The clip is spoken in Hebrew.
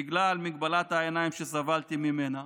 בגלל מגבלת העיניים שסבלתי ממנה.